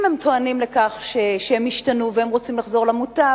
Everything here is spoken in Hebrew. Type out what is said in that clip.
אם הם טוענים שהם השתנו והם רוצים לחזור למוטב,